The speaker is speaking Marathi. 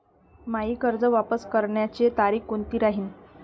मायी कर्ज वापस करण्याची तारखी कोनती राहीन?